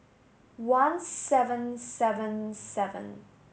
one seven seven seven